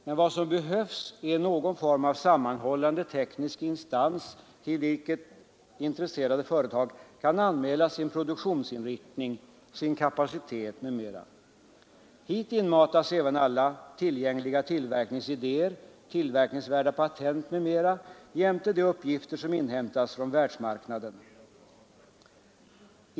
Men vad som behövs är någon form av sammanhållande teknisk instans, till vilken intresserade företag kan anmäla sin produktionsinriktning, sin kapacitet m, m. Hit inmatas även alla tillgängliga tillverkningsidéer, tillverkningsvärda patent m.m. jämte de uppgifter som inhämtas från världsmarknaden.